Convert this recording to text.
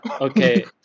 Okay